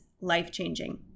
life-changing